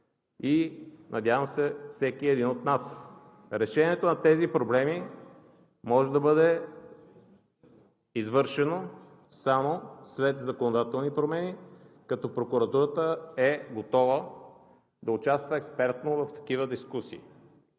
и надявам се, от всеки един от нас. Решението на тези проблеми може да бъде извършено само след законодателни промени, като прокуратурата е готова да участва експертно в такива дискусии.